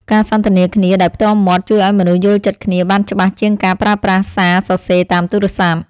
ការសន្ទនាគ្នាដោយផ្ទាល់មាត់ជួយឱ្យមនុស្សយល់ចិត្តគ្នាបានច្បាស់ជាងការប្រើប្រាស់សារសរសេរតាមទូរស័ព្ទ។